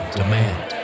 demand